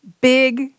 big